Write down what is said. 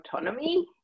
autonomy